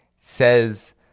says